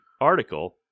article